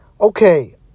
Okay